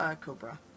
Cobra